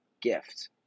gift